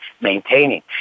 maintaining